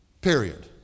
period